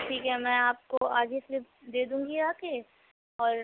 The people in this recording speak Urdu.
ٹھیک ہے میں آپ کو آج ہی سلپ دے دوں گی آ کے اور